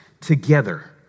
together